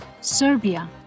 Serbia